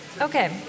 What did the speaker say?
Okay